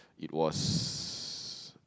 it was